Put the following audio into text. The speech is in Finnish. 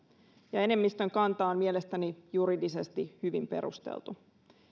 ja enemmistön kanta on mielestäni juridisesti hyvin perusteltu